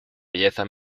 belleza